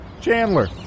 Chandler